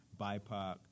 BIPOC